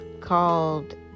called